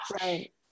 Right